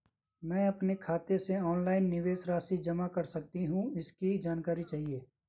मैं अपने खाते से ऑनलाइन निवेश राशि जमा कर सकती हूँ इसकी जानकारी चाहिए?